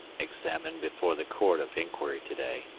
examined before the court of inquiry to-day.